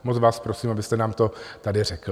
Moc vás prosím, abyste nám to tady řekl.